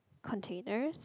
containers